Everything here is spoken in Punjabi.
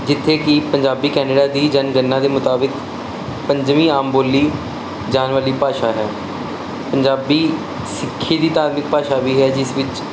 ਜਿੱਥੇ ਕੀ ਪੰਜਾਬੀ ਕੈਨੇਡਾ ਦੀ ਜਨਗਣਨਾ ਦੇ ਮੁਤਾਬਿਕ ਪੰਜਵੀਂ ਆਮ ਬੋਲੀ ਜਾਣ ਵਾਲੀ ਭਾਸ਼ਾ ਹੈ ਪੰਜਾਬੀ ਸਿੱਖੀ ਦੀ ਧਾਰਮਿਕ ਭਾਸ਼ਾ ਵੀ ਹੈ ਜਿਸ ਵਿੱਚ